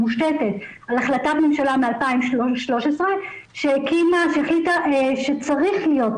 מושתתת על החלטת ממשלה מ-2013 שהחליטה שצריכה